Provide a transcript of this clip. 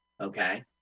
Okay